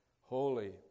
holy